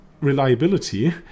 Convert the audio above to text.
reliability